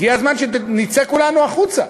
הגיע הזמן שנצא כולנו החוצה,